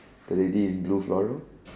the lady in blue floral